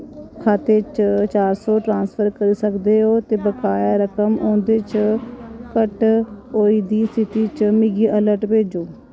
खाते च चार सौ ट्रांस्फर करी सकदे ओ ते बकाया रकम ओह्दे च घट्ट होई दी स्थिति च मिगी अलर्ट भेजो